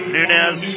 Nunez